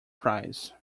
prize